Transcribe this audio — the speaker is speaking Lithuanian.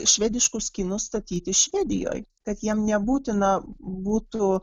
švediškus kinus statyti švedijoj kad jiem nebūtina būtų